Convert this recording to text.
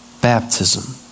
Baptism